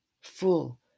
full